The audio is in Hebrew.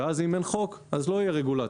ואז אם אין חוק אז לא תהיה רגולציה.